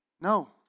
No